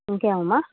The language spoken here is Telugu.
ఇంకేమి అమ్మ